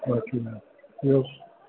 बाक़ी ॿियो